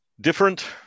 different